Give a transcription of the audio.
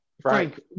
Frank